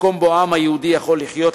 מקום שבו העם היהודי יכול לחיות,